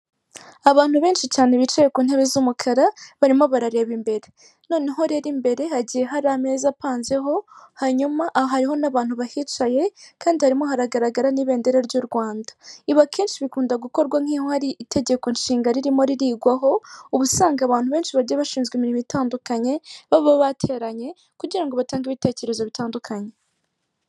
Abantu benshi cyane bicaye ku ntebe z'umukara, barimo barareba imbere, noneho rero imbere hagiye hari ameza apanzeho, hanyuma aha hariho n'abantu bahicaye kandi harimo haragaragara n'ibendera ry'u Rwanda, ibi akenshi bikunda gukorwa nk'iyo hari itegeko nshinga ririmo ririgwaho, uba usanga abantu benshi bagiye bashinzwe imirimo itandukanye, baba bateranye kugira ngo batange ibitekerezo bitandukanye.